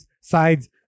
side's